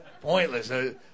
Pointless